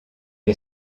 est